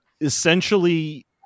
essentially